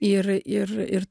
ir ir ir